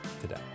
today